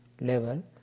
level